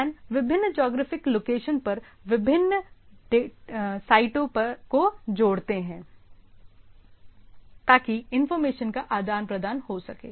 WAN विभिन्न geographic location पर विभिन्न साइटों को जोड़ते हैं ताकि इंफॉर्मेशन का आदान प्रदान हो सके